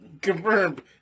confirmed